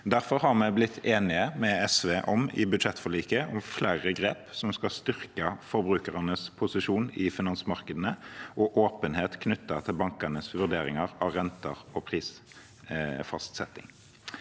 Derfor har vi i budsjettforliket med SV blitt enige om flere grep som skal styrke forbrukernes posisjon i finansmarkedene og åpenhet knyttet til bankenes vurderinger av renter og prisfastsetting.